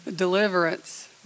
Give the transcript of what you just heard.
Deliverance